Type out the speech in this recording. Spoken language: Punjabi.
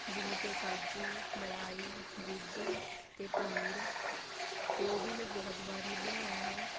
ਜਿਵੇਂ ਕਿ ਕਾਜੂ ਮਲ਼ਾਈ ਦੁੱਧ ਅਤੇ ਪਨੀਰ ਅਤੇ ਉਹ ਵੀ ਮੈਂ ਬਹੁਤ ਵਾਰੀ ਬਣਾਇਆ ਹੈ